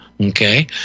okay